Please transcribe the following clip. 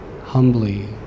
humbly